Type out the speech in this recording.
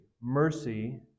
Mercy